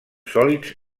sòlids